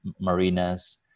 marinas